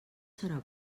serà